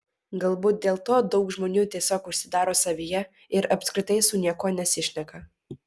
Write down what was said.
galbūt dėl to daug žmonių tiesiog užsidaro savyje ir apskritai su niekuo nesišneka